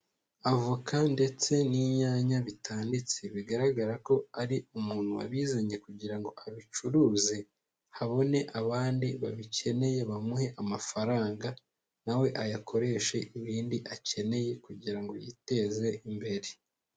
Avoka ndetse n'inyanya bitanditse, bigaragara ko ari umuntu wabizanye kugira ngo abicuruze, habone abandi babikeneye bamuhe amafaranga na we ayakoreshe ibindi akeneye kugira ngo yiteze imbere.